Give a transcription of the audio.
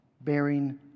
bearing